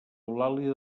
eulàlia